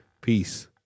Peace